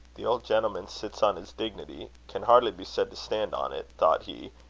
the old gentleman sits on his dignity can hardly be said to stand on it, thought he,